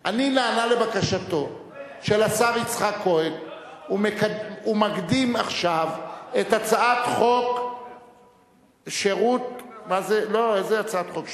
אני נענה לבקשתו של השר יצחק כהן ומקדים עכשיו את הצעת חוק שירות הקבע